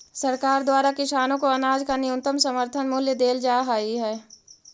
सरकार द्वारा किसानों को अनाज का न्यूनतम समर्थन मूल्य देल जा हई है